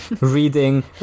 reading